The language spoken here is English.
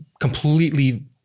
completely